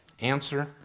Answer